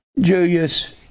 Julius